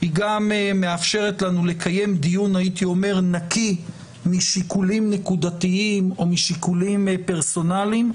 גם מאפשרת לנו לקיים דיון נקי משיקולים נקודתיים או משיקולים פרסונליים,